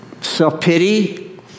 self-pity